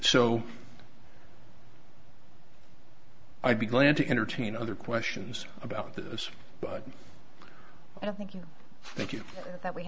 so i'd be glad to entertain other questions about this but i don't think